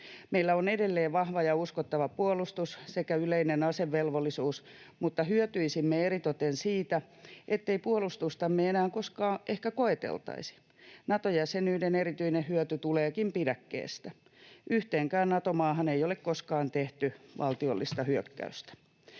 Meillä on edelleen vahva ja uskottava puolustus sekä yleinen asevelvollisuus, mutta hyötyisimme eritoten siitä, ettei puolustustamme enää koskaan ehkä koeteltaisi. Nato-jäsenyyden erityinen hyöty tuleekin pidäkkeestä. Yhteenkään Nato-maahan ei ole koskaan tehty valtiollista hyökkäystä.